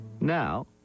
Now